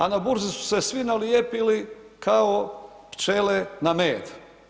A na burzi su se svi nalijepili kao pčele na med.